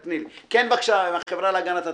כן, בבקשה, החברה להגנת הטבע.